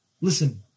Listen